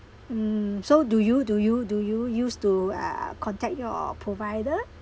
mm so do you do you do you use to ah contact your provider